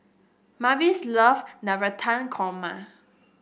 Mavis love Navratan Korma